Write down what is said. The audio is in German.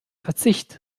verzicht